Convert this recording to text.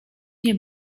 nie